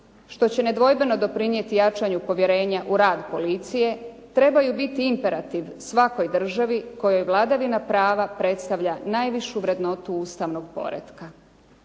što će nedvojbeno doprinijeti jačanju povjerenja u rad policije trebaju biti imperativ svakoj državi kojoj vladavina prava predstavlja najvišu vrednotu ustavnog poretka.